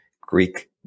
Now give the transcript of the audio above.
Greek